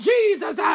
Jesus